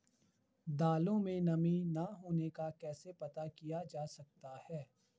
दालों में नमी न होने का कैसे पता किया जा सकता है?